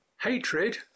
Hatred